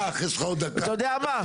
אתה יודע מה?